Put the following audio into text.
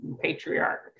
patriarch